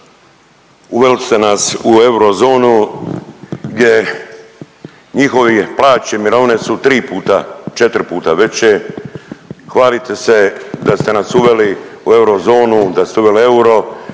Uveli ste nas u eurozonu gdje njihove plaće i mirovine su tri puta, četiri puta veće, hvalite se da ste nas uveli u eurozonu, da ste uveli euro